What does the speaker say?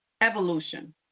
evolution